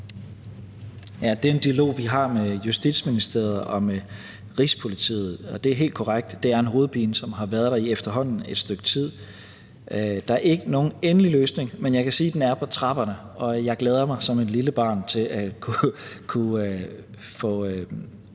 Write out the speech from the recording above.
den dialog, vi har med Justitsministeriet og med Rigspolitiet – og det er helt korrekt, at det er en hovedpine, som har været der i efterhånden et stykke tid – er der ikke nogen endelig løsning endnu, men jeg kan sige, at den er på trapperne. Og jeg glæder mig som et lille barn til at kunne